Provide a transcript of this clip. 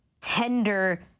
tender